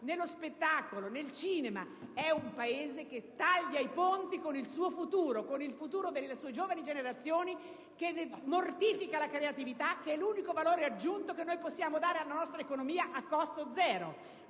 nello spettacolo e nel cinema è un Paese che taglia i ponti con il suo futuro e con quello delle sue giovani generazioni, che ne mortifica la creatività, l'unico valore aggiunto che possiamo dare alla nostra economia a costo zero.